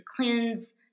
cleanse